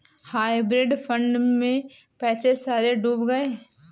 hybrid fund में पैसे सारे डूब गए